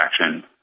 action